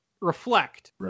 reflect